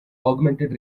augmented